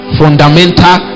fundamental